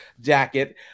jacket